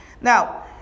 Now